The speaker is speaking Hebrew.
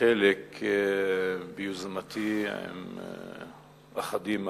חלק ביוזמתי ואחדים מהחברים,